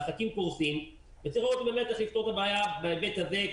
העסקים דועכים וצריך לראות איך לפתור את הבעיה בהיבט הזה.